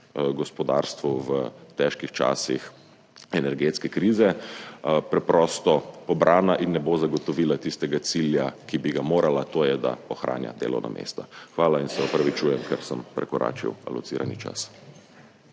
gospodarstvu v težkih časih energetske krize preprosto pobrana in ne bo zagotovila tistega cilja, ki bi ga morala, to je, da ohranja delovna mesta. Hvala in se opravičujem, ker sem prekoračil alocirani čas.